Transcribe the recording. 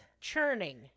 churning